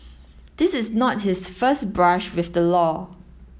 this is not his first brush with the law